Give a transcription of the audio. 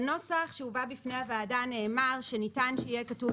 בנוסח שהובא בפני הוועדה נאמר שניתן שיהיה כתוב